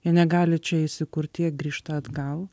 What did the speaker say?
jie negali čia įsikurti jie grįžta atgal